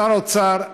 שר האוצר,